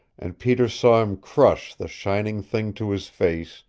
and peter saw him crush the shining thing to his face,